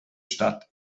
stadt